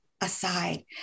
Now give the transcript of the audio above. aside